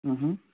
अँ